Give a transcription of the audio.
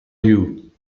you